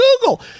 Google